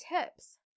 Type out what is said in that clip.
tips